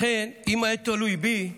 לכן אם היה תלוי בי,